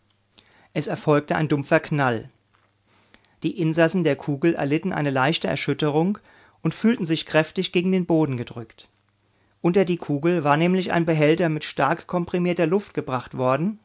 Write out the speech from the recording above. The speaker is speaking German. es erfolgte ein dumpfer knall die insassen der kugel erlitten eine leichte erschütterung und fühlten sich kräftig gegen den boden gedrückt unter die kugel war nämlich ein behälter mit stark komprimierter luft gebracht worden